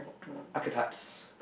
archetypes